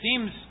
seems